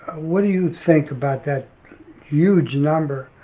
what do you think about that huge number